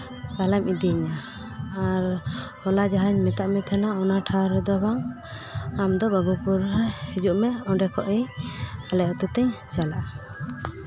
ᱛᱟᱦᱞᱮᱢ ᱤᱫᱤᱭᱤᱧᱟ ᱟᱨ ᱦᱚᱞᱟ ᱡᱟᱦᱟᱧ ᱢᱮᱛᱟᱜ ᱢᱮ ᱛᱟᱦᱮᱱᱟ ᱚᱱᱟ ᱴᱷᱟᱶ ᱨᱮᱫᱚ ᱵᱟᱝ ᱟᱢᱫᱚ ᱵᱟᱹᱵᱩ ᱯᱩᱨ ᱨᱮ ᱦᱤᱡᱩᱜ ᱢᱮ ᱚᱸᱰᱮ ᱠᱷᱚᱱᱤᱧ ᱟᱞᱮ ᱟᱹᱛᱩ ᱛᱤᱧ ᱪᱟᱞᱟᱜᱼᱟ